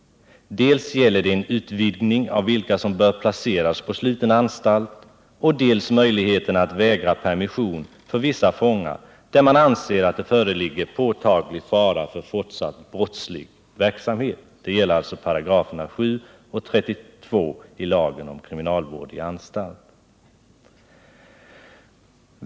Det gäller dels utvidgningen av vilka som bör placeras på sluten anstalt, dels möjligheterna att vägra permission för vissa fångar när man anser att det föreligger påtaglig fara för fortsatt brottslig verksamhet — 7 och 32 §§ i lagen om kriminalvård i anstalt.